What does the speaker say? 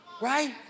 right